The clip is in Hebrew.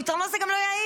הפתרון הזה גם לא יעיל,